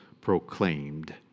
proclaimed